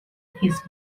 his